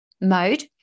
mode